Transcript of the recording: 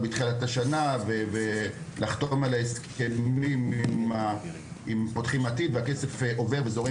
בתחילת השנה ולחתום על ההסכמים עם "פותחים עתיד" והכסף עובר וזורם